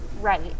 right